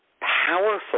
powerful